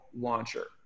launcher